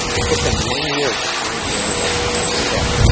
it took them one year to find an antidote for when it hit.